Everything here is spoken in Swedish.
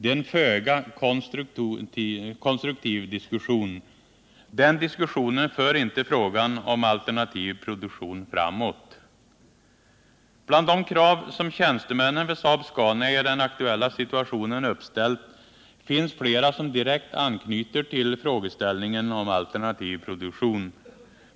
Det är en föga konstruktiv diskussion. Den diskussionen för inte frågan om alternativ produktion framåt. Bland de krav som tjänstemännen vid Saab-Scania i den aktuella situationen uppställt finns flera som direkt anknyter till frågeställningen om alternativ produktion.